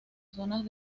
zonas